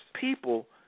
People